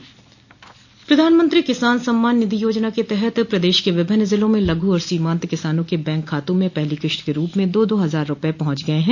प्रधानमंत्री किसान सम्मान निधि योजना के तहत प्रदेश क विभिन्न जिलों में लघु और सीमांत किसानों के बैंक खातों में पहली किस्त के रूप में दो दो हजार रूपये पहुंच गये हैं